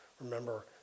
remember